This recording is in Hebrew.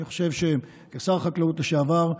אני חושב שכשר החקלאות לשעבר,